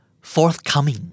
forthcoming